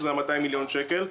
שזה 200 מיליון שקל,